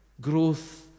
growth